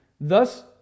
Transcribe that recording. Thus